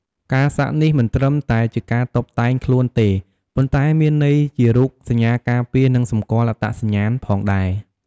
ការសាក់នេះមិនត្រឹមតែជាការតុបតែងខ្លួនទេ ប៉ុន្តែមានន័យជារូបសញ្ញាការពារ និងសម្គាល់អត្តសញ្ញាណផងដែរ។